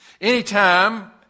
Anytime